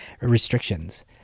restrictions